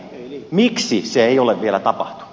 miksi sitä ei ole vielä tapahtunut